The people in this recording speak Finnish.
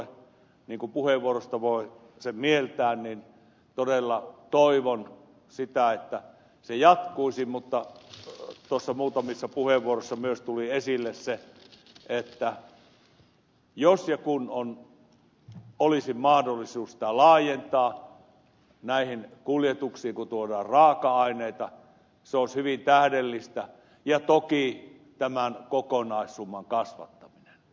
niin kuin puheenvuorosta voi sen mieltää niin todella toivon sitä että se jatkuisi mutta tuossa muutamissa puheenvuoroissa myös tuli esille se että jos ja kun olisi mahdollisuus sitä laajentaa näihin kuljetuksiin kun tuodaan raaka aineita se olisi hyvin tähdellistä ja toki tämän kokonaissumman kasvattaminen